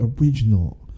original